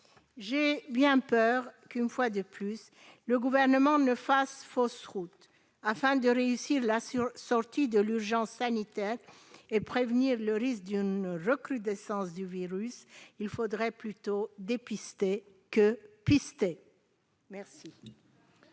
J'ai bien peur que, une fois de plus, le Gouvernement ne fasse fausse route : pour réussir la sortie de l'urgence sanitaire et prévenir le risque d'une recrudescence du virus, il faudrait plutôt dépister que pister !